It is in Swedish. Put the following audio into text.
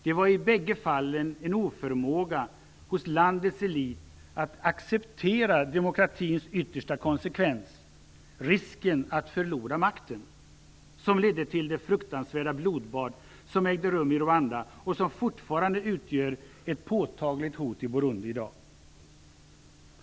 Det var i bägge fallen en oförmåga hos landets elit att acceptera demokratins yttersta konsekvens - risken att förlora makten - som ledde till det fruktansvärda blodbad som ägde rum i Rwanda och som fortfarande utgör ett påtagligt hot i Burundi i dag.